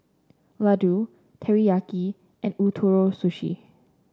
Ladoo Teriyaki and Ootoro Sushi